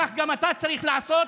כך גם אתה צריך לעשות,